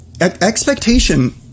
expectation